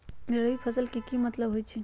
रबी फसल के की मतलब होई छई?